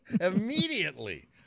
Immediately